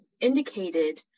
indicated